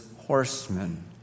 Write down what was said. horsemen